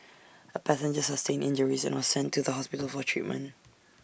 A passenger sustained injuries and was sent to the hospital for treatment